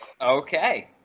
Okay